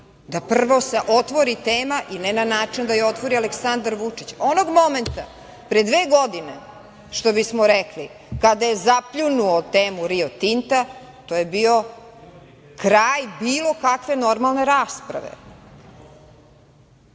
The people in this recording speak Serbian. Da prvo se otvori tema i ne način da je otvori Aleksandar Vučić onog momenta pre dve godine, što bismo rekli, kada je zapljunuo temu Rio Tinta, to je bio kraj bilo kakve normalne rasprave